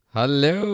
Hello